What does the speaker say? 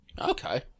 Okay